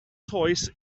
toes